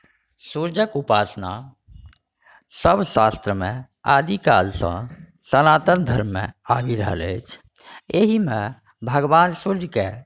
सुर्यके उपासना सभ शास्त्रमे आदिकालसँ सनातन धर्ममे आबि रहल अछि एहिमे भगवान सुर्यकेँ